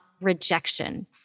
rejection